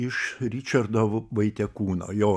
iš ričardo vaitiekūno jo